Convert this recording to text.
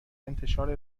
انتشار